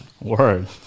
Word